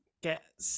get